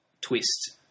Twist